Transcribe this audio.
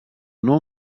nou